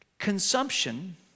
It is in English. consumption